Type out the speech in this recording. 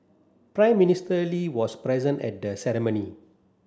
Prime Minister Lee was present at the ceremony